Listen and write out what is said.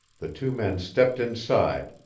the two men stepped inside,